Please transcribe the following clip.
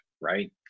Right